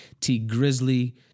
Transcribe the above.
T-Grizzly